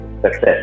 success।